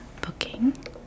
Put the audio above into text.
booking